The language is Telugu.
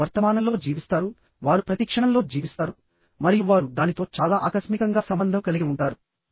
వారు వర్తమానంలో జీవిస్తారు వారు ప్రతి క్షణంలో జీవిస్తారు మరియు వారు దానితో చాలా ఆకస్మికంగా సంబంధం కలిగి ఉంటారు